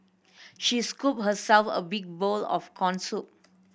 she scooped herself a big bowl of corn soup